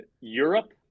Europe